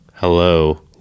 hello